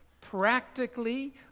practically